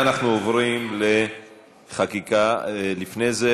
אנחנו עוברים לחקיקה, ולפני זה